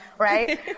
right